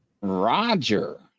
Roger